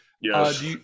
Yes